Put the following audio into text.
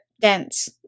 dense